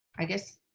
i guess.